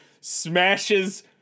smashes